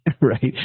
right